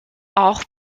auch